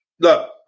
Look